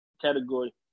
category